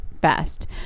best